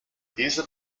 dieser